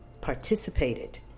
participated